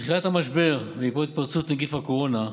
בתחילת המשבר, בעקבות התפרצות נגיף הקורונה,